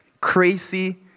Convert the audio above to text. crazy